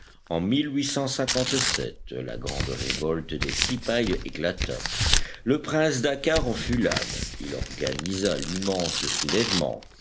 en la grande révolte des cipayes éclata le prince dakkar en fut l'âme il organisa l'immense soulèvement